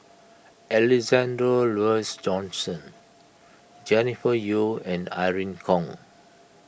Alexander Laurie Johnston Jennifer Yeo and Irene Khong